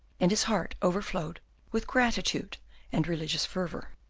and his heart overflowed with gratitude and religious fervour.